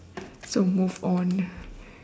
so move on